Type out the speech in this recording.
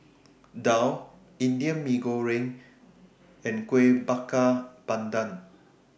Daal Indian Mee Goreng and Kuih Bakar Pandan